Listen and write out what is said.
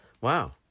Wow